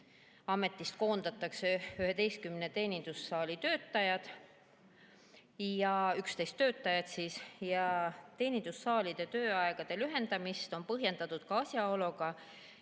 Ametist koondatakse 11 teenindussaali töötajat. Teenindussaalide tööaegade lühendamist on põhjendatud ka asjaoluga,